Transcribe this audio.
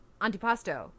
Antipasto